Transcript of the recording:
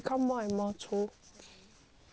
mm